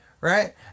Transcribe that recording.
right